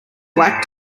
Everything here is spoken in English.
black